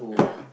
(uh huh)